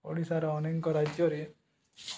ଓଡ଼ିଶାର ଅନେକ ରାଜ୍ୟରେ